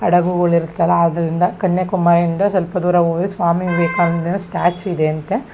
ಹಡಗುಗುಳ್ ಇರುತ್ತಲ್ಲ ಅದರಿಂದ ಕನ್ಯಾಕುಮಾರಿಯಿಂದ ಸ್ವಲ್ಪ ದೂರ ಹೋದ್ರೆ ಸ್ವಾಮಿ ವಿವೇಕಾನಂದರ ಸ್ಟ್ಯಾಚು ಇದೆ ಅಂತೆ